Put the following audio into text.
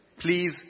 please